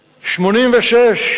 1986,